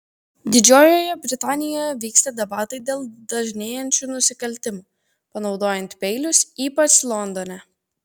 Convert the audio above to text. didžiojoje britanijoje vyksta debatai dėl dažnėjančių nusikaltimų panaudojant peilius ypač londone